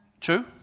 True